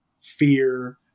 fear